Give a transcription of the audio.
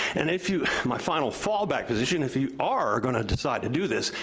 and if you, my final fallback position, if you are gonna decide to do this,